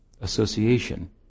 association